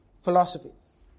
philosophies